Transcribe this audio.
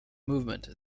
movement